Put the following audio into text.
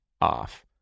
off